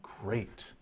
great